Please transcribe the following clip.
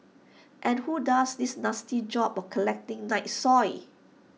and who does this nasty job of collecting night soil